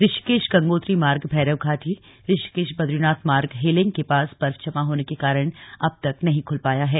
ऋषिकेश गंगोत्री मार्ग भैरव घाटी ऋषिकेश बद्रीनाथ मार्ग हेलेंग के पास बर्फ जमा होने के कारण अब तक नहीं खुल पाया है